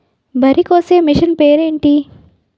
వరి కోసే మిషన్ పేరు ఏంటి